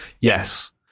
yes